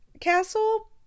castle